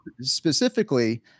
specifically